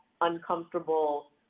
uncomfortable